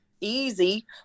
easy